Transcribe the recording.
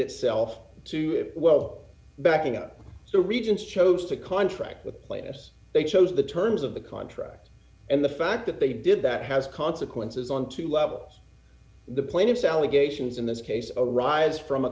itself to well backing up the region's chose to contract with plaintiffs they chose the terms of the contract and the fact that they did that has consequences on two levels the plaintiffs allegations in this case arise from a